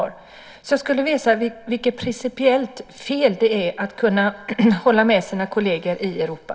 Jag skulle vilja veta vilket principiellt fel det är att kunna hålla med sina kolleger i Europa.